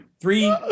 three